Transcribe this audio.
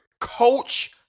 Coach